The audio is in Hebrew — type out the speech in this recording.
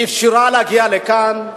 ואפשרה להגיע לכאן,